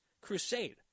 crusade